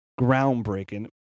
groundbreaking